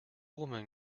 woman